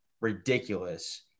ridiculous